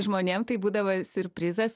žmonėm tai būdavo siurprizas